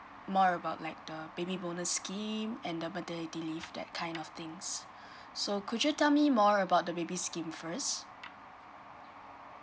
more about like the baby bonus scheme and the maternity leave that kind of things so could you tell me more about the baby scheme first